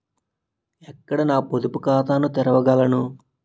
ఎక్కడ నా పొదుపు ఖాతాను తెరవగలను?